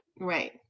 Right